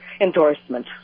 endorsement